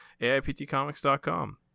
AIPTComics.com